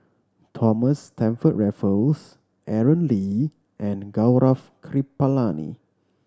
Thomas Stamford Raffles Aaron Lee and Gaurav Kripalani